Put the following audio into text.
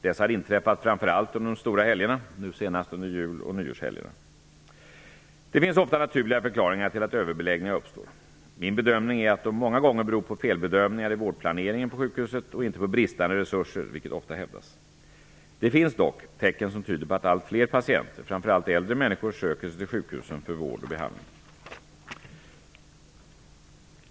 Dessa har inträffat framför allt under de stora helgerna -- nu senaste under jul och nyårshelgen. Det finns ofta naturliga förklaringar till att överbeläggningar uppstår. Min bedömning är att de många gånger beror på felbedömningar i vårdplaneringen på sjukhusen och inte på bristande resurser, vilket ofta hävdas. Det finns dock tecken som tyder på att allt fler patienter, framför allt äldre människor, söker sig till sjukhusen för vård och behandling.